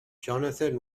jonathan